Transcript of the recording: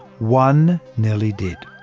one nearly did.